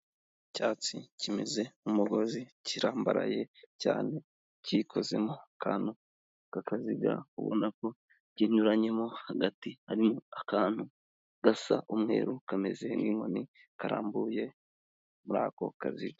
Icyatsi kimeze nk'umugozi, kirambaraye cyane, kikozemo akantu k'akaziga ubona ko kinyuranyemo hagati, ari akantu gasa umweru kameze nk'inkoni karambuye muri ako kaziga.